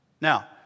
Now